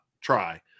try